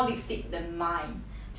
serious but then